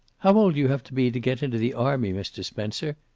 how old d'you have to be to get into the army, mr. spencer?